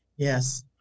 Yes